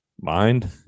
mind